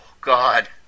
God